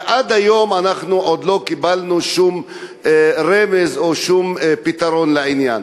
ועד היום אנחנו עוד לא קיבלנו שום רמז או שום פתרון לעניין.